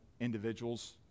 individuals